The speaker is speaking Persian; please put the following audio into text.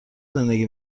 زندگی